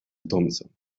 thompson